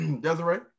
Desiree